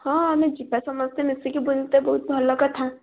ହଁ ଆମେ ଯିବା ସମସ୍ତେ ମିଶିକି ବୁଲିତେ ବହୁତ୍ ଭଲ କଥା